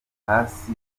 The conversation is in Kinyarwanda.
hasi